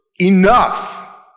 enough